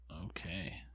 okay